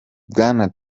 bwana